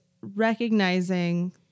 recognizing